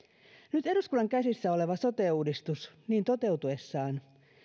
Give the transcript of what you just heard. nyt eduskunnan käsissä oleva sote uudistus niin toteutuessaan